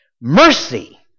Mercy